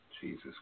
Jesus